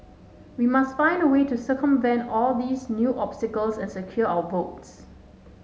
we must find a way to circumvent all these new obstacles and secure our votes